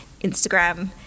Instagram